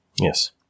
Yes